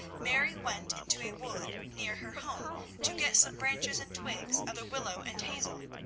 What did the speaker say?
mary went into a wood near her home to get some branches and twigs of the willow and hazel.